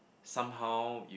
somehow